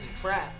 trap